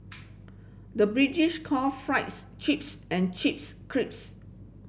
the British call fries chips and chips crisps